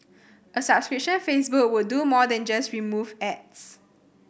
a subscription Facebook would do more than just remove ads